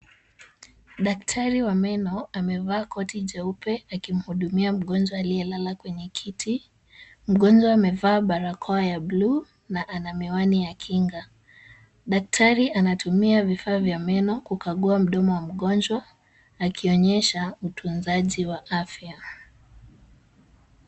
Daktari wa meno amevaa koti jeupe akimhudumia mgonjwa aliyelala kwenye kiti. Mgonjwa amevaa barakoa ya blue na ana miwani ya kinga. Daktari anatumia vifaa vya meno kukagua mdomo wa mgonjwa, akionyesha utunzaji wa afya.